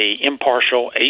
impartial